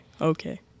okay